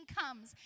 comes